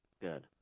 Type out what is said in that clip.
good